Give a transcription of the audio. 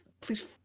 Please